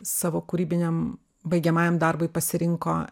savo kūrybiniam baigiamajam darbui pasirinko